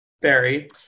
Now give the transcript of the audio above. Barry